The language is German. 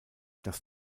das